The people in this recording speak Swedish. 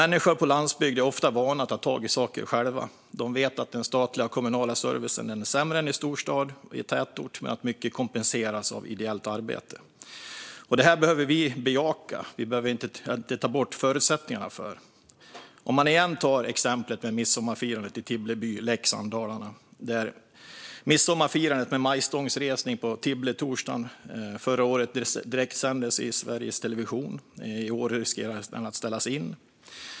Människor på landsbygden är ofta vana vid att ta tag i saker själva. De vet att den statliga och kommunala servicen är sämre än i en storstad eller i en tätort men att mycket kompenseras av ideellt arbete. Detta behöver vi bejaka och inte ta bort förutsättningarna för. Jag tar igen exemplet med midsommarfirandet i Tibble by, i Leksand, i Dalarna. Midsommarfirandet med majstångsresning på Tibbletorsdagen förra året direktsändes i Sveriges Television. I år riskerar det att ställas in.